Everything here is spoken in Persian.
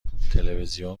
تلویزیون